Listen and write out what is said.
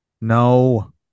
No